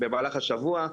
במהלך השבוע,